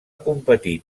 competir